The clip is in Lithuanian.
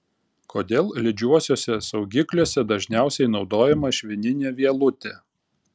kodėl lydžiuosiuose saugikliuose dažniausiai naudojama švininė vielutė